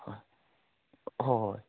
ꯍꯣꯏ ꯍꯣꯏ